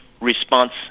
response